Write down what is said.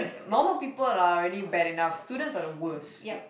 normal people are really bad enough students are the worst